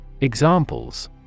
Examples